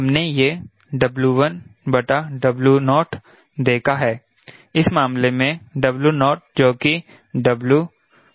हमने यह W1W0 देखा है इस मामले में W नॉट जो कि W0 है